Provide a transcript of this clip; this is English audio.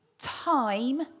time